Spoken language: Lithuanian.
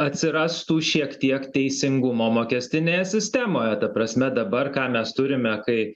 atsirastų šiek tiek teisingumo mokestinėje sistemoje ta prasme dabar ką mes turime kai